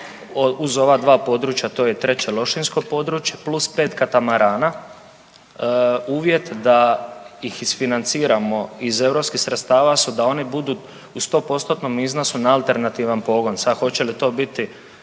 Uz ova dva područja to je treće lošinjsko područje plus 5 katamarana. Uvjet da ih isfinanciramo iz europskih sredstava su da oni budu u 100%-tnom iznosu na alternativan pogon, sad hoće li to biti